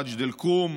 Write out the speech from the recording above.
מג'ד אל כרום,